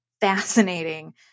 fascinating